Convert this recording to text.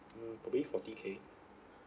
mm probably forty K